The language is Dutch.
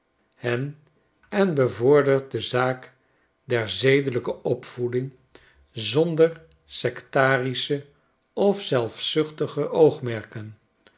hen en bevordert de zaak der zedelyke opvoeding zonder sectarische of zelfzuchtige oogmerken